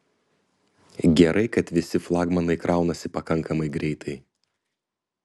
gerai kad visi flagmanai kraunasi pakankamai greitai